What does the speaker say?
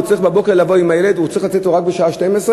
הוא צריך לבוא בבוקר עם הילד או שהוא צריך לצאת אתו רק בשעה 12:00,